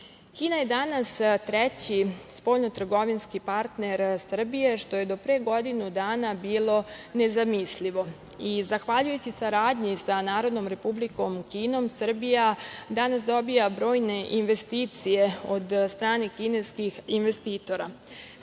Kine. Kina je danas treći spoljnotrgovinski partner Srbije, što je do pre godinu dana bilo nezamislivo i, zahvaljujući saradnji sa Narodnom Republikom Kinom, Srbija danas dobija brojne investicije od strane kineskih investitora.